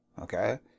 okay